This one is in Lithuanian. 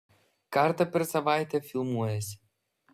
kartą per savaitę filmuojuosi